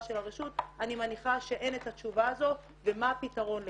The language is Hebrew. הרשות אני מניחה שאין את התשובה הזאת ומה הפתרון לכך.